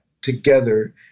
together